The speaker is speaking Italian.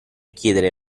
chiedere